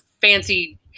fancy